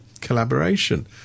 collaboration